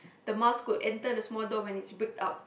the mouse could enter the small door when it's bricked up